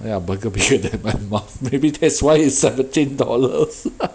ya burger bigger than my mouth maybe that's why it's seventeen dollars haha